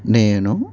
నేను